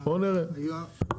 בבקשה, הממ"מ.